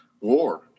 war